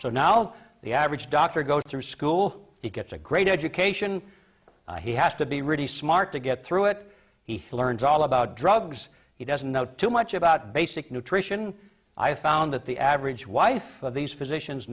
so now the average doctor goes through school he gets a great education he has to be really smart to get through it he learns all about drugs he doesn't know too much about basic nutrition i found that the average wife of these physicians